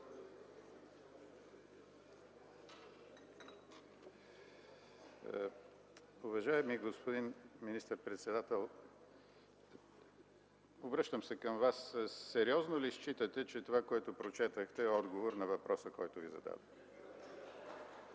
Уважаеми господин министър-председател, обръщам се към Вас: сериозно ли считате, че това, което прочетохте, е отговор на въпроса, който Ви зададох?